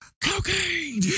Cocaine